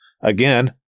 again